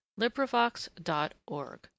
LibriVox.org